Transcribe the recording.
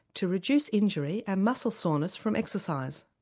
to reduce injury and muscle soreness from exercise.